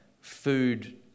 food